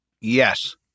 Yes